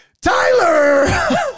Tyler